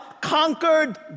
conquered